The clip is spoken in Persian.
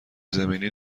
زمینی